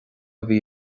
mhí